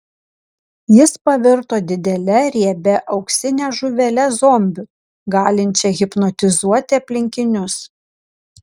jis pavirto didele riebia auksine žuvele zombiu galinčia hipnotizuoti aplinkinius